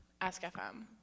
Ask.fm